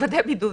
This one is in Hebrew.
לוודא בידוד.